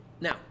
Now